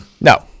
No